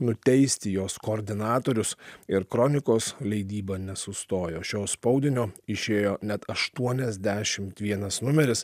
nuteisti jos koordinatorius ir kronikos leidyba nesustojo šio spaudinio išėjo net aštuoniasdešimt vienas numeris